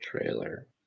trailer